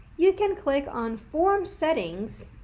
you can click on form settings